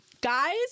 guys